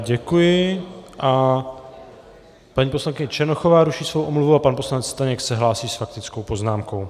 Děkuji a paní poslankyně Černochová ruší svou omluvu a pan poslanec Staněk se hlásí s faktickou poznámkou.